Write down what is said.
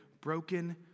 broken